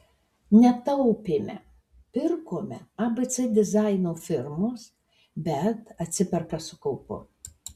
netaupėme pirkome abc dizaino firmos bet atsiperka su kaupu